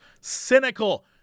cynical